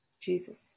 Jesus